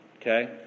Okay